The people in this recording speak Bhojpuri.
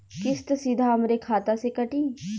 किस्त सीधा हमरे खाता से कटी?